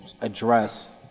address